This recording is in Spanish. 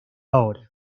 ahora